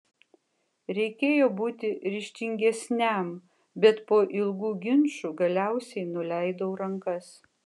reikėjo būti ryžtingesniam bet po ilgų ginčų galiausiai nuleidau rankas